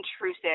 intrusive